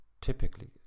typically